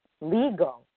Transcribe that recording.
legal